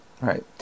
right